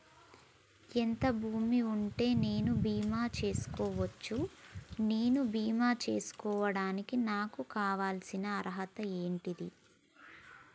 ఎంత భూమి ఉంటే నేను బీమా చేసుకోవచ్చు? నేను బీమా చేసుకోవడానికి నాకు కావాల్సిన అర్హత ఏంటిది?